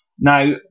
Now